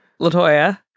LaToya